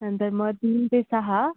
नंतर मग तीन ते सहा